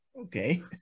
Okay